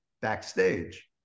backstage